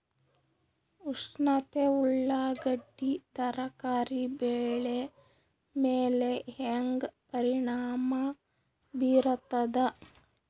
ಉಷ್ಣತೆ ಉಳ್ಳಾಗಡ್ಡಿ ತರಕಾರಿ ಬೆಳೆ ಮೇಲೆ ಹೇಂಗ ಪರಿಣಾಮ ಬೀರತದ?